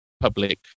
public